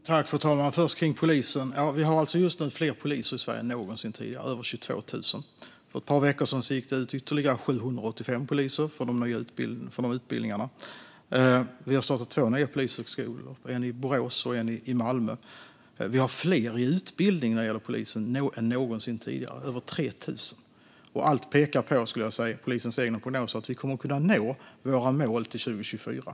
Fru talman! Låt mig börja med detta med polisen. Vi har alltså just nu fler poliser i Sverige än någonsin, över 22 000. För ett par veckor sedan gick det ut ytterligare 785 poliser från utbildningarna. Vi har startat två nya polishögskolor - en i Borås och en i Malmö. Vi har fler blivande poliser i utbildning än någonsin, över 3 000. Allt i polisens egna prognoser pekar på att vi kommer att kunna nå våra mål till 2024.